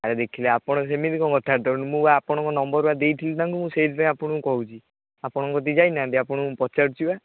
ଆରେ ଦେଖିବେ ଆପଣ ଯେ ସେମିତି କ'ଣ କଥାବାର୍ତ୍ତା ମୁଁ ବା ଆପଣଙ୍କ ନମ୍ୱର ବା ଦେଇଥିଲି ତାଙ୍କୁ ସେଥିପାଇଁ ଆପଣଙ୍କୁ କହୁଛି ଆପଣ ଜାଣି ନାହାନ୍ତି ମୁଁ ପଚାରୁଛି ବା